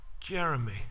Jeremy